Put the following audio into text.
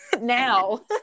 now